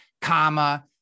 comma